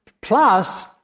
plus